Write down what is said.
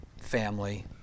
family